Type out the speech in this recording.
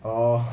orh